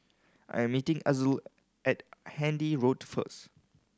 I am meeting Azul at Handy Road first